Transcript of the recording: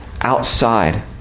outside